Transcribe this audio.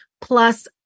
Plus